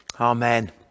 Amen